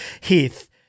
Heath